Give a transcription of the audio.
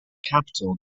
capital